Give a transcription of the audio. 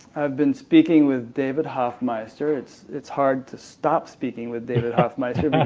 i've been speaking with david hoffmeister. it's it's hard to stop speaking with david hoffmeister but